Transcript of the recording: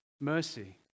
mercy